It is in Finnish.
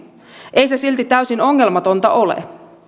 ei se silti täysin ongelmatonta ole